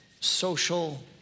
social